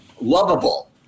lovable